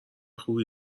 خوبی